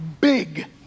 big